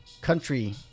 country